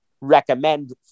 recommend